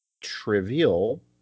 trivial